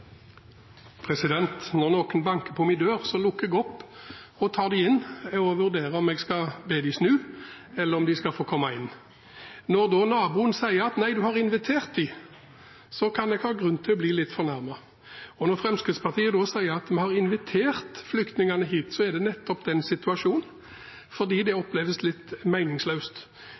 Når noen banker på min dør, lukker jeg opp og tar dem inn – og jeg vurderer om jeg skal be dem om å snu, eller om de skal få komme inn. Når naboen da sier at nei, du har invitert dem, kan jeg ha grunn til å bli litt fornærmet. Når Fremskrittspartiet sier at vi har invitert flyktningene hit, er det nettopp en slik situasjon, fordi det